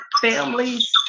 families